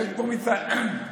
אדוני היו"ר,